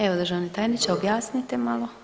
Evo državni tajniče objasnite malo.